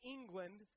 England